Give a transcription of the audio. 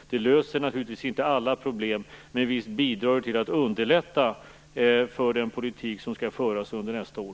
Det löser naturligtvis inte alla problem, men visst underlättar det den politik som skall föras under nästa år.